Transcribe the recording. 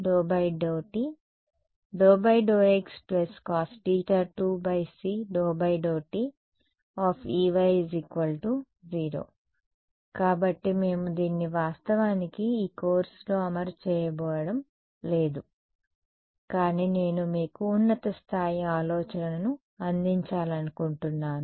∂x cos1c∂t∂x cos2c∂t Ey0 కాబట్టి మేము దీన్ని వాస్తవానికి ఈ కోర్సులో అమలు చేయబోవడం లేదు కానీ నేను మీకు ఉన్నత స్థాయి ఆలోచనను అందించాలనుకుంటున్నాను